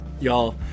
Y'all